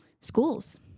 schools